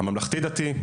הממלכתי דתי,